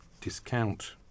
discount